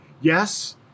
yes